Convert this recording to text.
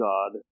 God